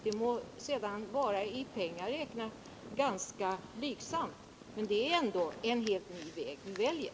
Det må sedan i pengar räknat vara blygsamt, men det är ändå en helt ny väg vi väljer.